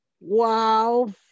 Wow